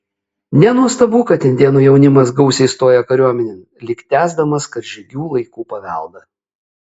nenuostabu kad indėnų jaunimas gausiai stoja kariuomenėn lyg tęsdamas karžygių laikų paveldą